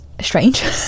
strange